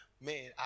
man